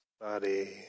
body